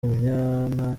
umunyana